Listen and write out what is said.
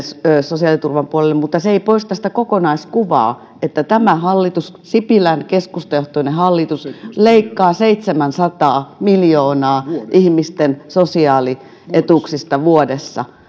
sosiaaliturvan puolelle mutta se ei poista sitä kokonaiskuvaa että tämä hallitus sipilän keskustajohtoinen hallitus leikkaa seitsemänsataa miljoonaa ihmisten sosiaalietuuksista vuodessa